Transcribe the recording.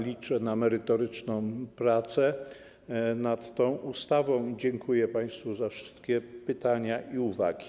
Liczę na merytoryczną pracę nad tą ustawą i dziękuję państwu za wszystkie pytania i uwagi.